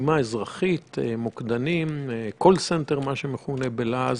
משימה אזרחית של מוקדנים - call center מה שמכונה בלעז